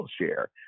share